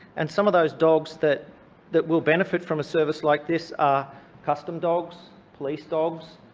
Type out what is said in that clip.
and some of those dogs that that will benefit from a service like this are custom dogs, police dogs,